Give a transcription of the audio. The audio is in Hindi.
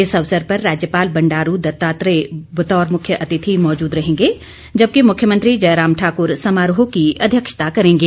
इस अवसर पर राज्यपाल बंडारू दत्तात्रेय बतौर मुख्य अतिथि मौजूद रहेंगे जबकि मुख्यमंत्री जयराम ठाकुर समारोह की अध्यक्षता करेंगे